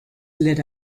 lit